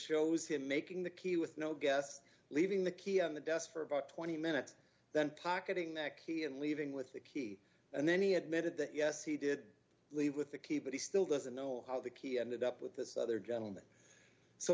shows him making the key with no guest leaving the key on the desk for about twenty minutes then pocketing that key and leaving with the key and then he admitted that yes he did leave with the key but he still doesn't know how the key ended up with this other gentleman so